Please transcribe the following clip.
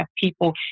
people